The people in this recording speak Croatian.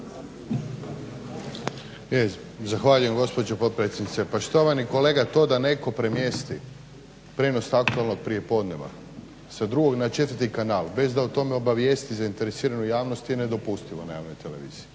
Zahvaljujem gospođo potpredsjednice. Pa štovani kolega da netko premjesti prijenos aktualnog prijepodneva sa drugog na četvrti kanal bez da o tome obavijesti zainteresiranu javnost je nedopustivo na javnoj televiziji.